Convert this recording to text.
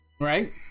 Right